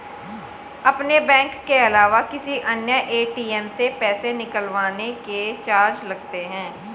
अपने बैंक के अलावा किसी अन्य ए.टी.एम से पैसे निकलवाने के चार्ज लगते हैं